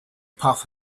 path